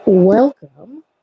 Welcome